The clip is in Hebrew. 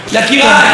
יקירי,